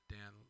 Dan